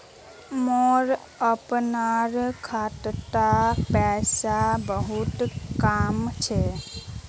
मोर अपनार खातात पैसा बहुत कम छ